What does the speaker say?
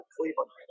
Cleveland